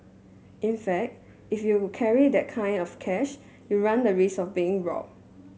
in fact if you carry that kind of cash you run the risk of being robbed